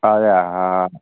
അതെ ആ